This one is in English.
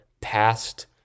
past